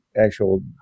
actual